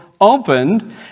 opened